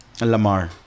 Lamar